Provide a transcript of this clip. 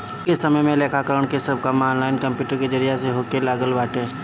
अबके समय में लेखाकरण के सब काम ऑनलाइन कंप्यूटर के जरिया से होखे लागल बाटे